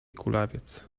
kulawiec